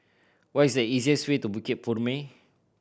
what is the easiest way to Bukit Purmei